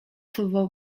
słowo